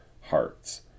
hearts